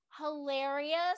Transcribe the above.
hilarious